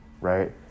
right